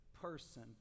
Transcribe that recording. person